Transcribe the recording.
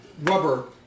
rubber